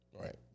Right